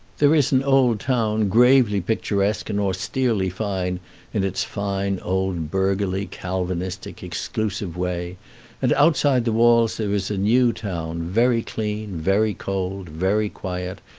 there is an old town, gravely picturesque and austerely fine in its fine old burgherly, calvinistic, exclusive way and outside the walls there is a new town, very clean, very cold, very quiet,